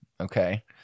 okay